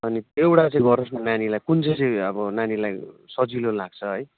अनि एउटा चाहिँ गरोस् न नानीलाई कुन चाहिँ चाहिँ अब नानीलाई सजिलो लाग्छ है